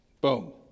boom